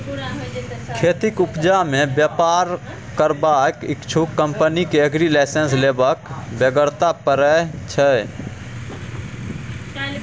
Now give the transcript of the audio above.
खेतीक उपजा मे बेपार करबाक इच्छुक कंपनी केँ एग्री लाइसेंस लेबाक बेगरता परय छै